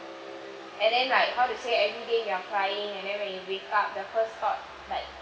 and then like how to say everyday you are crying and then when you wake up the first thought like